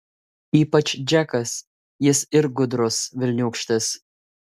ypač džekas jis ir gudrus velniūkštis